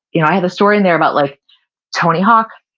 you know i have a story in there about like tony hawk,